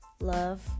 love